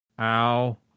Ow